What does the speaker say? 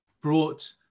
brought